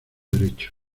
derecho